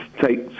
take